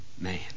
man